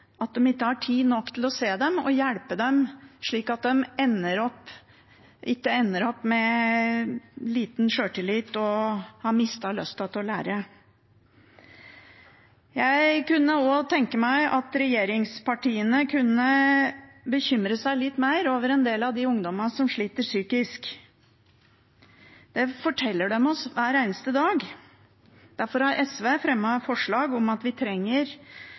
se dem og hjelpe dem, slik at de ikke ender opp med liten sjøltillit og har mistet lysten til å lære. Jeg kunne også tenke meg at regjeringspartiene kunne bekymre seg litt mer over en del av de ungdommene som sliter psykisk. Det forteller de oss hver eneste dag. Derfor har SV fremmet forslag om – som vi trenger